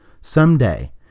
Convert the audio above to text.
Someday